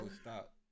stop